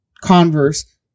converse